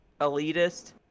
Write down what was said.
elitist